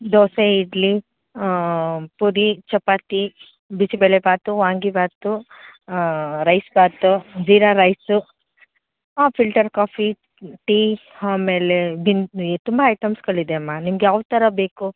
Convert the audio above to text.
dosa idli puri chapati bisibelebath vangibath rice bath jeera rice ಆಂ filter coffee tea ಆಮೇಲೆ ತುಂಬ ಐಟಮ್ಸ್ಗಳಿದೆ ಅಮ್ಮ ನಿಮ್ಗೆ ಯಾವ ಥರ ಬೇಕು